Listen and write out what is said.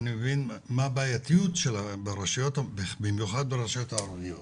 ואני מבין מה הבעייתיות ברשויות במיוחד ברשויות הערביות